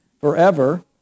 forever